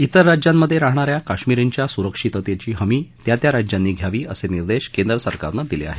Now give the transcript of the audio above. तिर राज्यांत राहणा या कश्मीरींच्या सुरक्षिततेची हमी त्या त्या राज्यांनी घ्यावी असे निर्देश केंद्र सरकारनं दिले आहेत